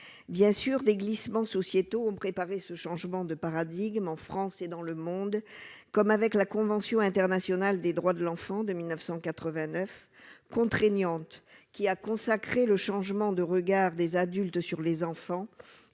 bien sûr, des glissements sociétaux ont préparé ce changement de paradigme en France et dans le monde, comme avec la convention internationale des droits de l'enfant de 1989 contraignante qui a consacré le changement de regard des adultes sur les enfants